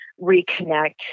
reconnect